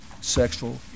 sexual